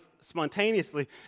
spontaneously